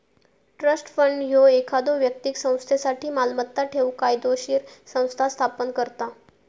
trust fund ह्यो एखाद्यो व्यक्तीक संस्थेसाठी मालमत्ता ठेवूक कायदोशीर संस्था स्थापन करता